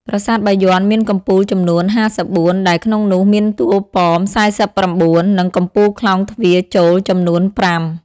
ប្រាសាទបាយ័នមានកំពូលចំនួន ៥៤ ដែលក្នុងនោះមានតួប៉ម ៤៩ និងកំពូលក្លោងទ្វារចូលចំនួន ៥។